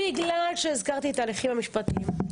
בגלל שהזכרתי את ההליכים המשפטיים,